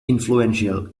influential